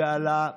ועל,